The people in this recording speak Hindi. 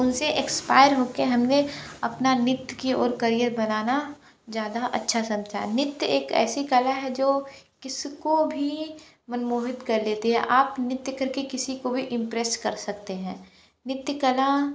उनसे एक्सपायर होकर हमने अपना नृत्य की और करीअर बनाना ज़्यादा अच्छा समझा नृत्य एक ऐसी कला है जो किसी को भी मनमोहित कर लेती है आप नृत्य करके किसी को भी इम्प्रेस कर सकते हैं नृत्य कला